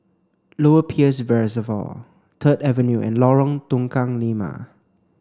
Lower Peirce Reservoir Third Avenue and Lorong Tukang Lima